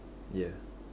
yeah